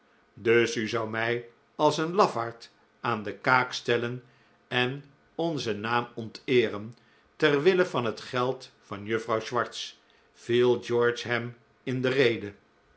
dus u zou mij als een lafaard aan de kaak stellen en onzen naam onteeren ter wille van het geld van juffrouw swartz viel george hem in de rede